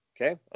Okay